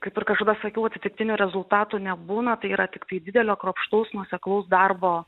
kaip ir kažkada sakiau atsitiktinių rezultatų nebūna tai yra tiktai didelio kruopštaus nuoseklaus darbo